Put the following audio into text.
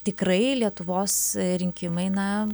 tikrai lietuvos rinkimai na